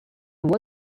one